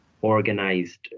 organized